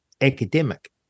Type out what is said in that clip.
academic